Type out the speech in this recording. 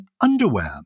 underwear